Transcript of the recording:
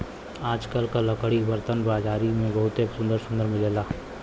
आजकल त लकड़ी के बरतन बाजारी में बहुते सुंदर सुंदर मिलेला